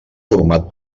format